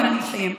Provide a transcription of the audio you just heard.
אני מסיימת.